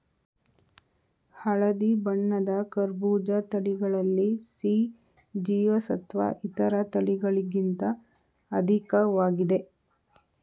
ಹಳದಿ ಬಣ್ಣದ ಕರ್ಬೂಜ ತಳಿಗಳಲ್ಲಿ ಸಿ ಜೀವಸತ್ವ ಇತರ ತಳಿಗಳಿಗಿಂತ ಅಧಿಕ್ವಾಗಿದೆ